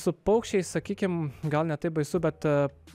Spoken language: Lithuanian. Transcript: su paukščiais sakykime gal ne taip baisu bet